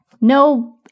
No